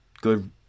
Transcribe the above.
good